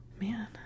man